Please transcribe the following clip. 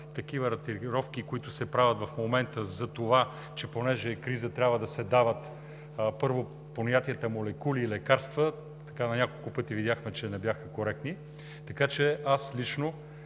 мотивировки, които се правят в момента за това, че понеже е криза, трябва да се дават първо понятията молекули и лекарства, на няколко пъти видяхме, че не бяха коректни. Така че аз лично